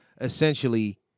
essentially